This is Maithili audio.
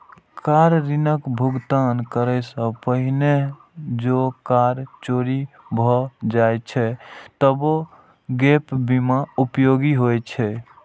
कार ऋणक भुगतान करै सं पहिने जौं कार चोरी भए जाए छै, तबो गैप बीमा उपयोगी होइ छै